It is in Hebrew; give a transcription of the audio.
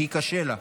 כי קשה לה.